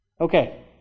Okay